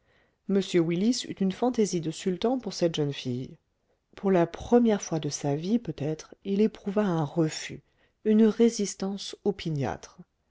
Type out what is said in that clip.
m willis eut une fantaisie de sultan pour cette jeune fille pour la première fois de sa vie peut-être il éprouva un refus une résistance opiniâtre